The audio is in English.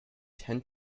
tend